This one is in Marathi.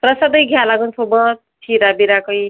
तसं बी घ्या लागन सोबत शिरा बिरा कई